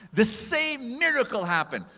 the same miracle happen.